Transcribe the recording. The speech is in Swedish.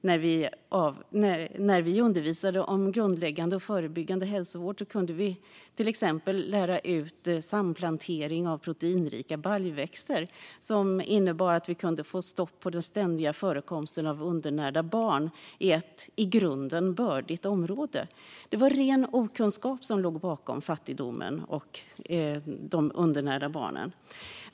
När vi undervisade om grundläggande och förebyggande hälsovård kunde vi till exempel lära ut samplantering av proteinrika baljväxter, vilket innebar att vi kunde få stopp på den ständiga förekomsten av undernärda barn i ett i grunden bördigt område. Det var ren okunskap som låg bakom fattigdomen och undernäringen.